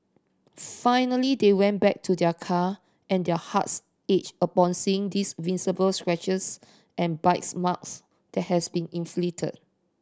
finally they went back to their car and their hearts ached upon seeing this visible scratches and bite marks that had been inflict